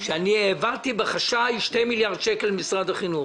כי אמרו שהעברתי בחשאי שני מיליארד שקל למשרד החינוך.